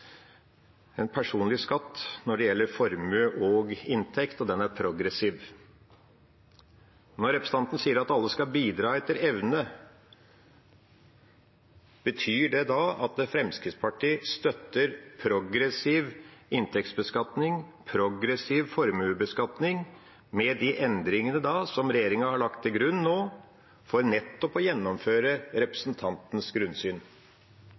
en personlig skatt når det gjelder formue og inntekt, og den er progressiv. Når representanten sier at alle skal bidra etter evne, betyr det da at Fremskrittspartiet støtter progressiv inntektsbeskatning og progressiv formuesbeskatning – med de endringene som regjeringa nå har lagt til grunn – for nettopp å gjennomføre representantens grunnsyn?